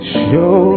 show